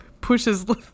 pushes